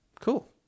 Cool